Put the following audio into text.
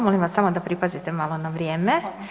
Molim vas samo da pripazite malo na vrijeme.